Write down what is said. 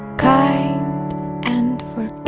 guy and